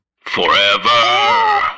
Forever